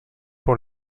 pour